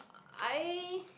I